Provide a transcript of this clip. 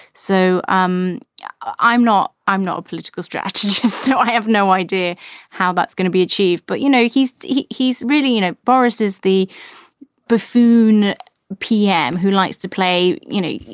so um i'm not i'm not a political strategist, so i have no idea how that's gonna be achieved. but, you know, he's he's he's really you know, boris is the buffoon pm who likes to play. you know,